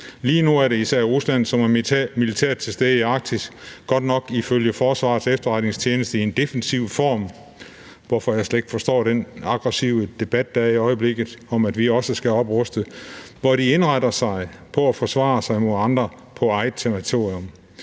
Lige nu er det især Rusland, som er militært til stede i Arktis, godt nok ifølge Forsvarets Efterretningstjeneste i en defensiv form, hvorfor jeg slet ikke forstår den aggressive debat, der er i øjeblikket, om, at vi også skal opruste. De indretter sig på at forsvare sig mod andre på eget territorium.